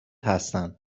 هستند